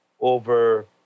over